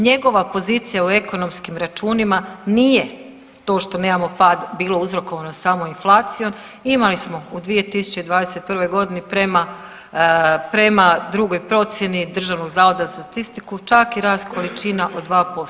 Njegova pozicija u ekonomskim računima nije to što nemamo pad bilo uzrokovano samo inflacijom, imali smo u 2021. godini prema, prema drugoj procjeni Državnoj zavoda za statistiku čak i rast količina od 2%